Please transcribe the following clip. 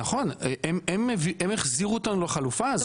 נכון, הם החזירו אותנו לחלופה הזאת.